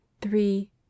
three